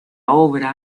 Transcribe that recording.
obra